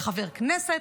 כחבר הכנסת".